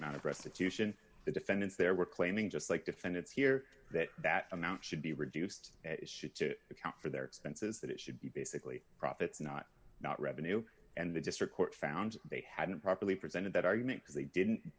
program out of restitution the defendants there were claiming just like defendants here that that amount should be reduced to account for their expenses that it should be basically profits not not revenue and the district court found they hadn't properly presented that argument because they didn't